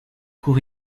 cour